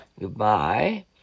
Goodbye